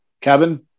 Kevin